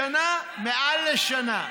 שנה, מעל לשנה.